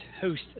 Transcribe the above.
host